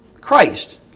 Christ